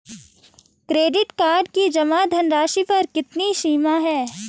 Credit card की जमा धनराशि पर कितनी सीमा है?